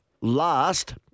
Last